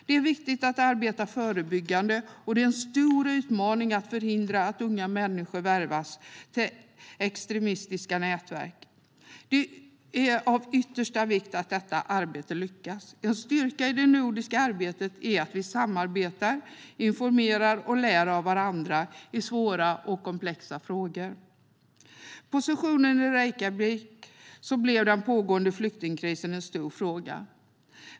Det är viktigt att arbeta förebyggande, och det är en stor utmaning att förhindra att unga människor värvas till extremistiska nätverk. Det är av yttersta vikt att detta arbete lyckas. En styrka i det nordiska arbetet är att vi samarbetar, informerar och lär av varandra i svåra och komplexa frågor. På sessionen i Reykjavik blev den pågående flyktingkrisen en stor fråga.